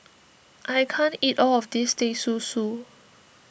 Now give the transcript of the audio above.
I can't eat all of this Teh Susu